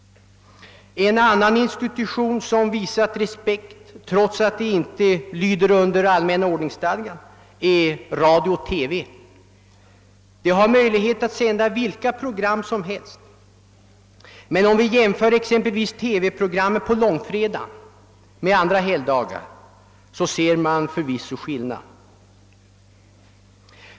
En annan institution som visat respekt trots att den inte lyder under allmänna ordningsstadgan är radio-TV Den har möjlighet att sända vilka program som helst. En jämförelse mellan TV-programmet på långfredag och TV programmet på andra helgdagar visar emellertid skillnaden.